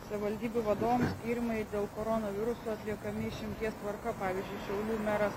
savivaldybių vadovams tyrimai dėl koronaviruso atliekami išimties tvarka pavyzdžiui šiaulių meras